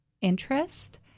interest